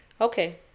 Okay